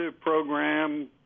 program